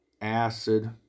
acid